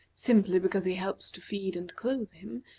simply because he helps to feed and clothe him,